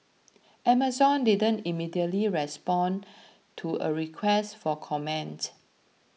Amazon didn't immediately respond to a request for comment